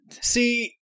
See